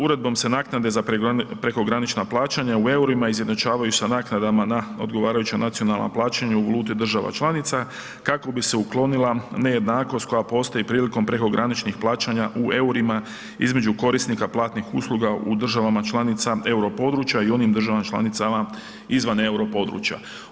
Uredbom se naknade za prekogranična plaćanja u EUR-ima izjednačavaju sa naknadama na odgovarajuća nacionalna plaćanja u valuti država članica kako bi se uklonila nejednakost koja postoji prilikom prekograničnih plaćanja u EUR-ima između korisnika platnih usluga u državama članica euro područja i onim državama članica izvan euro područja.